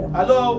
Hello